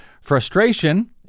Frustration